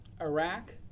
Iraq